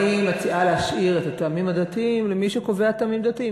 אני מציעה להשאיר את הטעמים הדתיים למי שקובע טעמים דתיים.